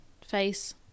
face